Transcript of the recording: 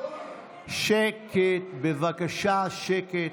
שקט בבקשה, שקט,